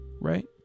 right